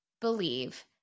believe